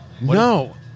No